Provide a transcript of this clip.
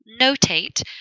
notate